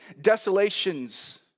desolations